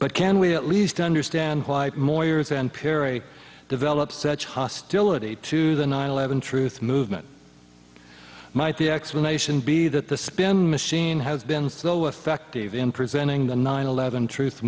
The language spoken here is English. but can we at least understand why more years and piri develop such hostility to the nine eleven truth movement might the explanation be that the spin machine has been slow effective in presenting the nine eleven truth